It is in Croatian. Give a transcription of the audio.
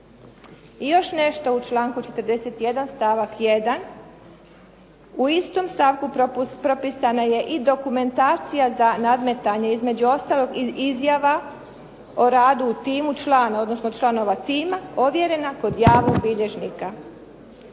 I još nešto u članku 41. stavak 1. U istom stavku propisana je i dokumentacija za nadmetanje, između ostalog i izjava o radu u timu članu, odnosno članova tima ovjerena kod javnog bilježnika.